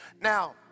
Now